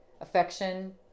Affection